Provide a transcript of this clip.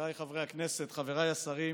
חבריי חברי הכנסת, חבריי השרים,